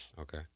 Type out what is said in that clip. Okay